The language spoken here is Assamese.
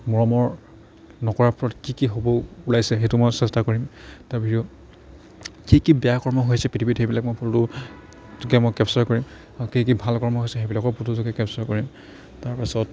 মৰমৰ নকাৰৰ ফলত কি কি হ'ব ওলাইছে সেইটো মই চেষ্টা কৰিম তাৰ বাহিৰেও কি কি বেয়া কৰ্ম হৈছে পৃথিৱীত সেইবিলাক মই ফটো যোগে মই কেপচাৰ কৰিম আৰু কি কি ভাল কৰ্ম হৈছে সেইবিলাকৰ ফটোযোগে কেপচাৰ কৰিম তাৰপাছত